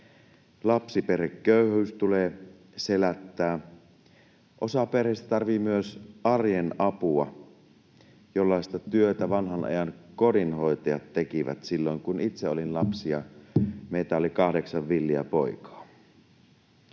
Lapsiperheköyhyys tulee selättää. Osa perheistä tarvitsee myös arjen apua, jollaista työtä vanhan ajan kodinhoitajat tekivät silloin, kun itse olin lapsi ja meitä oli kahdeksan villiä poikaa.